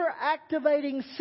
activating